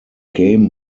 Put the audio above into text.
game